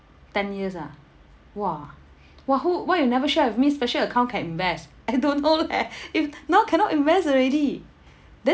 ten years ah !wah! !wah! who why you never share with me special account can invest I don't know leh if now cannot invest already then